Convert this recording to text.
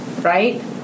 right